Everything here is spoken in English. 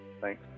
thanks